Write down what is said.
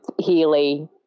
Healy